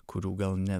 kurių gal ne